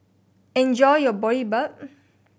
enjoy your Boribap